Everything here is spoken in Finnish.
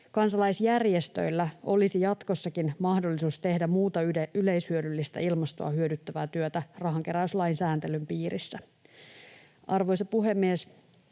Kansalaisjärjestöillä olisi jatkossakin mahdollisuus tehdä muuta yleishyödyllistä ilmastoa hyödyttävää työtä rahankeräyslain sääntelyn piirissä. Arvoisa puhemies!